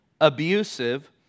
abusive